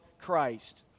Christ